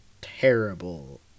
terrible